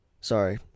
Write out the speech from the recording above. Sorry